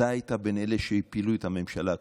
אתה היית בין אלה שהפילו את הממשלה הקודמת.